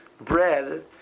bread